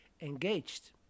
engaged